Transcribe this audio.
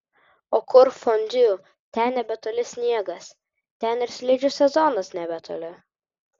o kur fondiu ten nebetoli ir sniegas ten ir slidžių sezonas nebetoli